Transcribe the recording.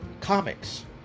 comics